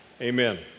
Amen